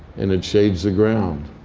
and it shades the ground.